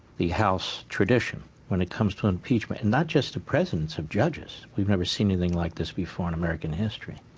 the house tradition when it comes to impeachment. and not just the presence of judges. we've never seen anything like this before in american history.